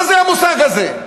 מה זה המושג הזה?